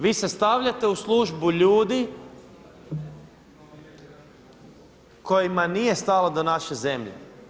Vi se stavljate u službu ljudi kojima nije stalo do naše zemlje.